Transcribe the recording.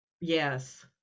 Yes